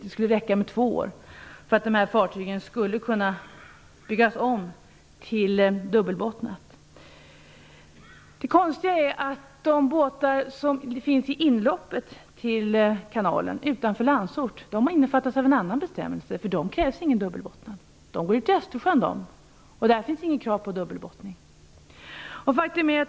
Det skulle räcka med två år för att dessa fartyg skulle kunna byggas om för att få dubbla bottnar. Det konstiga är att de båtar som finns vid inloppet till kanalen utanför Landsort omfattas av en annan bestämmelse. För dem krävs inte dubbel botten. De går ut i Östersjön, och där finns inget krav på dubbel botten.